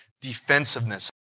defensiveness